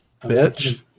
Bitch